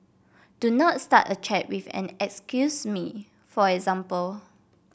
do not start a chat with an excuse me for example